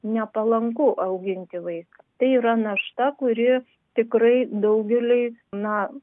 nepalanku auginti vaiką tai yra našta kuri tikrai daugeliui na